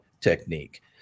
technique